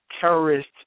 terrorist